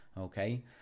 okay